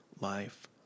life